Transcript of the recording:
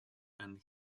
and